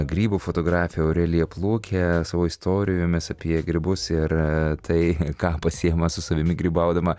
grybų fotografė aurelija plukė savo istorijomis apie grybus ir tai ką pasiima su savimi grybaudama